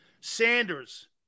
sanders